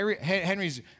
Henry's